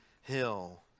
hill